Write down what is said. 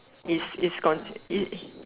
is is con it